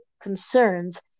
concerns